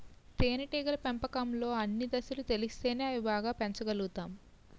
తేనేటీగల పెంపకంలో అన్ని దశలు తెలిస్తేనే అవి బాగా పెంచగలుతాము